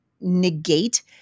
negate